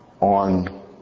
on